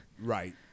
Right